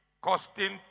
costing